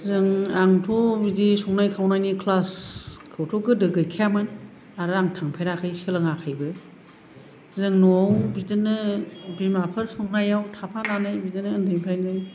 जों आंथ' बिदि संनाय खावनायनि क्लासखौथ' गोदो गैखायामोन आरो आं थांफेराखै सोलोङाखैबो जों न'वाव बिदिनो बिमाफोर संनायाव थाफानानै बिदिनो ओन्दैनिफ्रायनो